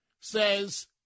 says